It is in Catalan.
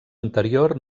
anterior